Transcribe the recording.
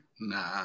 Nah